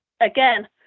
again